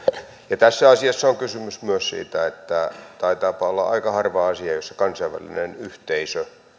ja tässä asiassa on kysymys myös siitä että taitaapa olla aika harva asia jossa kansainvälinen yhteisö